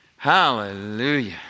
Hallelujah